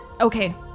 Okay